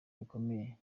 bikomeye